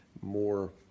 more